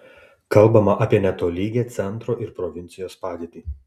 kalbama apie netolygią centro ir provincijos padėtį